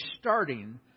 starting